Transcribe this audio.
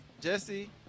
Jesse